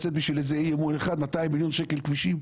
בשביל שהוא ייצא באיזה אי אמון אחד 200 מיליון שקל לכבישים.